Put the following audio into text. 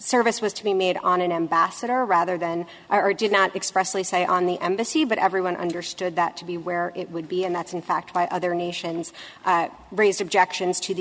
service was to be made on an ambassador rather than or did not expressly say on the embassy but everyone understood that to be where it would be and that's in fact by other nations raised objections to the